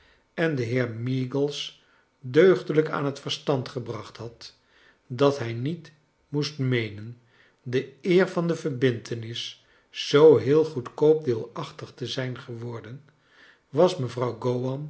en den heer meagles deugdelijk aan het verstand gebracht had dat hij niet moest meenen de eer van de verbintenis zoo heel goedkoop deelachtig te zijn geworden was mevrouw